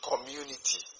community